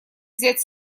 взять